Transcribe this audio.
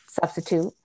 substitute